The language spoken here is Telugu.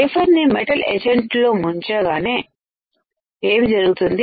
వేఫర్ నీ మెటల్ ఎచెంట్ లో ముంచ గానే ఏం జరుగుతుంది